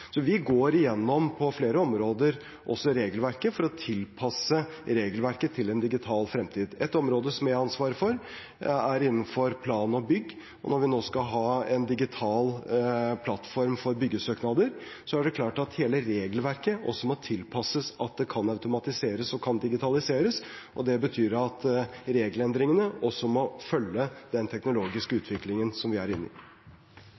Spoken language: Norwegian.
Vi går igjennom på flere områder også regelverket, for å tilpasse regelverket til en digital fremtid. Et område som jeg har ansvaret for, er plan og bygg, og når vi nå skal ha en digital plattform for byggesøknader, er det klart at hele regelverket også må tilpasses at det kan automatiseres og kan digitaliseres. Det betyr at regelendringene også må følge den teknologiske utviklingen som vi er inne i.